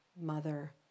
mother